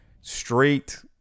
straight